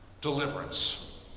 deliverance